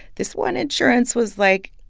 this one insurance was like,